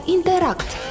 Interact